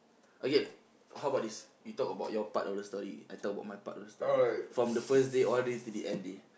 okay how about this you talk about your part of the story I talk about my part of the story from the first day all the way to the end day